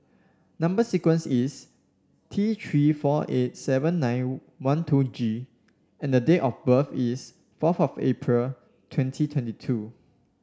number sequence is T Three four eight seven nine one two G and the date of birth is fourth of April twenty twenty two